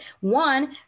one